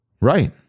Right